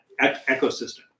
ecosystem